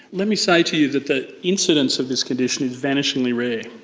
let me say to you that the incidence of this condition is vanishingly rare,